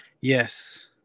Yes